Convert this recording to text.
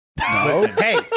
Hey